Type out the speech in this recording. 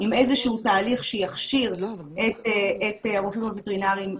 עם איזה שהוא תהליך שיכשיר את הרופאים הווטרינריים